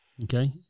Okay